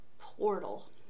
portal